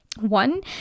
one